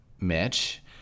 Mitch